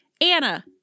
anna